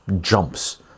jumps